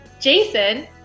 Jason